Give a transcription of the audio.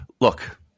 Look